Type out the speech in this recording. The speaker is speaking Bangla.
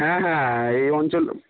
হ্যাঁ হ্যাঁ এই অঞ্চল